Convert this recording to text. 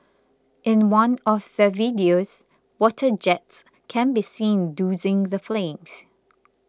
in one of the videos water jets can be seen dousing the flames